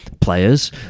players